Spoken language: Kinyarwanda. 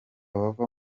bava